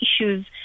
issues